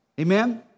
amen